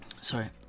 Sorry